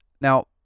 Now